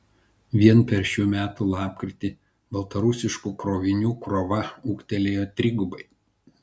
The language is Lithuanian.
vien per šių metų lapkritį baltarusiškų krovinių krova ūgtelėjo trigubai